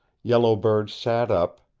yellow bird sat up,